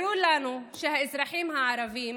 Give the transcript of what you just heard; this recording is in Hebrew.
ברור לנו שהאזרחים הערבים